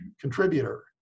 contributor